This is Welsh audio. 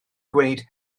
gwneud